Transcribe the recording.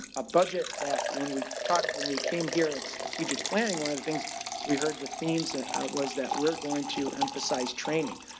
a budget that when we talk, when we came here at strategic planning, one of the things we heard the themes and was that we're going to emphasize training.